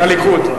הליכוד.